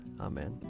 Amen